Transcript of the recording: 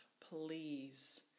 Please